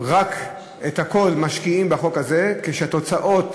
את הכול משקיעים רק בחוק הזה, כשהתוצאות